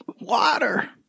water